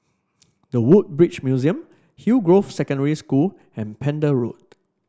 The Woodbridge Museum Hillgrove Secondary School and Pender Road